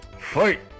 fight